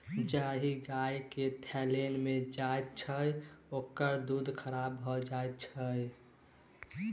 जाहि गाय के थनैल भ जाइत छै, ओकर दूध खराब भ जाइत छै